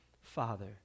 father